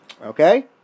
Okay